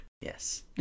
Yes